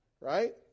Right